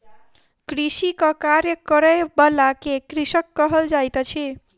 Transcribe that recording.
कृषिक कार्य करय बला के कृषक कहल जाइत अछि